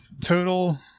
total